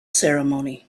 ceremony